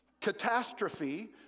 catastrophe